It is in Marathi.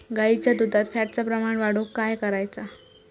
गाईच्या दुधात फॅटचा प्रमाण वाढवुक काय करायचा?